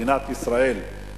מדינת ישראל,